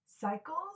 cycles